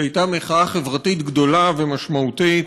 היא הייתה מחאה חברתית גדולה ומשמעותית.